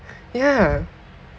ya